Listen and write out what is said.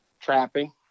trapping